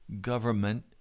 government